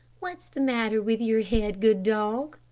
what is the matter with your head, good dog?